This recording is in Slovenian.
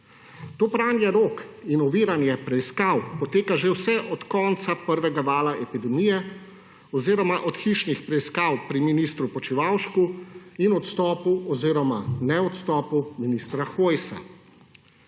To pranje rok in oviranje preiskav poteka že vse od konca prvega vala epidemije oziroma od hišnih preiskav pri ministru Počivalšku in odstopu oziroma ne-odstopu ministra Hojsa.